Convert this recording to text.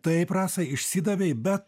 taip rasa išsidavei bet